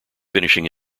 finishing